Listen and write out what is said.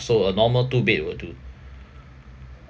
so a normal two bed will do